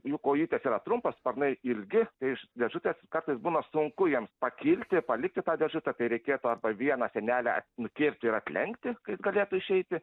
jų kojytės yra trumpos sparnai ilgi iš dėžutės kartais būna sunku jiems pakilti palikti tą dėžutę kai reikėtų arba vieną sienelę nukirpti ir atlenkti kad jis galėtų išeiti